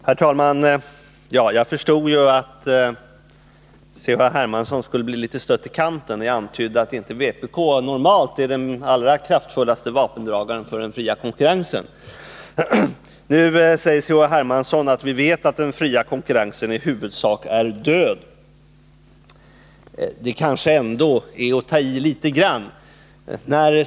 Herr talman! Jag förstod att C.-H. Hermansson skulle bli litet stött i kanten när jag antydde att vpk normalt inte är den allra kraftfullaste vapendragaren för den fria konkurrensen. Nu säger C.-H. Hermansson: Vi vet att den fria konkurrensen i huvudsak är död. Det kanske ändå är att ta i litet grand.